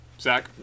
Zach